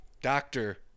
doctor